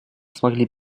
смогли